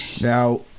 Now